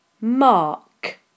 mark